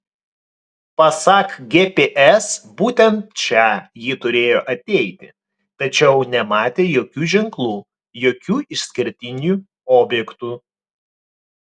pasak gps būtent čia ji turėjo ateiti tačiau nematė jokių ženklų jokių išskirtinių objektų